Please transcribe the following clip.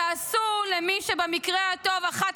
תעשו בדיקת עובדות למי שבמקרה הטוב אחת